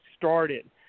started